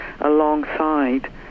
alongside